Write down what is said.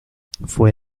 fue